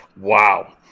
Wow